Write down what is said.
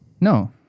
No